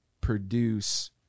produce